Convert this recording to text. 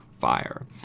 Fire